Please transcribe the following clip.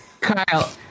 Kyle